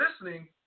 listening